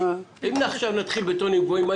אם עכשיו נתחיל בטונים גבוהים,